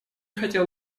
хотел